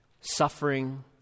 suffering